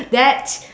that's